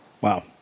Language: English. Wow